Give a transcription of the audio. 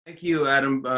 thank you, adam,